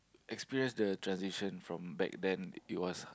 experience the transition from back then it was